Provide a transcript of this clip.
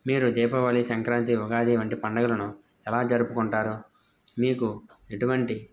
మీరు దీపావళి సంక్రాంతి ఉగాది వంటి పండగలను ఎలా జరుపుకుంటారు మీకు ఎటువంటి